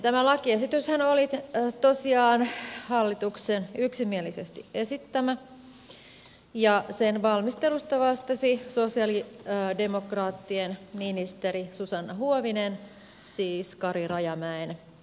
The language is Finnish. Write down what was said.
tämä lakiesityshän oli tosiaan hallituksen yksimielisesti esittämä ja sen valmistelusta vastasi sosialidemokraattien ministeri susanna huovinen siis kari rajamäen puoluetoveri